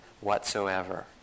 whatsoever